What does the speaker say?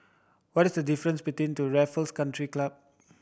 what is the difference between to Raffles Country Club